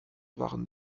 waren